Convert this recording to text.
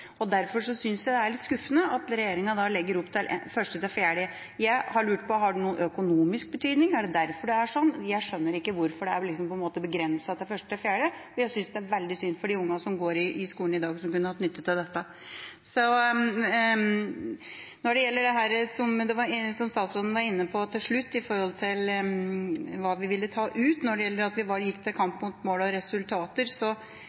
får. Derfor synes jeg det er litt skuffende at regjeringa legger opp til at det kun skal gjelde 1.–4. trinn. Jeg har lurt på: Har det noen økonomisk betydning? Er det derfor det er sånn? Jeg skjønner ikke hvorfor det er begrenset til 1.–4. trinn, for jeg synes det er veldig synd for de barna som går i skolen i dag, som kunne hatt nytte av dette. Når det gjelder det som statsråden var inne på til slutt, om hva vi ville ta ut da vi gikk til